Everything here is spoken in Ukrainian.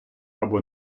або